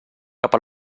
cap